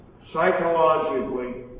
psychologically